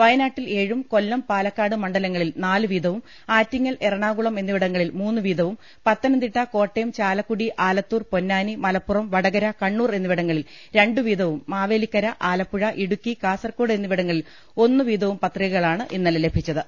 വയനാ ട്ടിൽ ഏഴും കൊല്ലം പാലക്കാട് മണ്ഡലങ്ങളിൽ നാലു വീതവും ആറ്റി ങ്ങൽ എറണാകുളം എന്നിവിടങ്ങളിൽ മൂന്നുവീതവും പത്തനംതിട്ട കോട്ടയം ചാലക്കുടി ആലത്തൂർ പൊന്നാനി മലപ്പുറം വടകര കണ്ണൂർ എന്നിവിടങ്ങളിൽ രണ്ടുവീതവും മാവേലിക്കര ആലപ്പുഴ ഇടുക്കി കാസർകോട് എന്നിവിടങ്ങളിൽ ഒന്നുവീതവും പത്രികകളാണ് ഇന്നലെ ലഭി ച്ചത്